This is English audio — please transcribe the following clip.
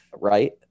Right